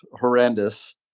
horrendous